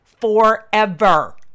forever